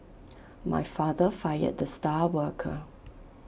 my father fired the star worker